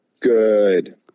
good